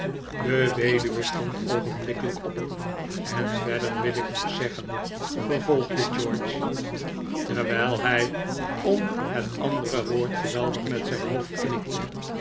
de weduwe stond oogenblikkelijk op en verder wil ik nog zeggen vervolgde george terwijl hij om het andere woord geweldig met zijn hoofd knikte